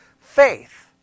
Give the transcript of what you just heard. faith